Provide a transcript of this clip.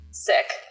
sick